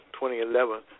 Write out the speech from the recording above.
2011